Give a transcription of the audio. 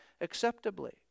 acceptably